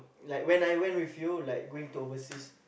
like when I went with you like going to overseas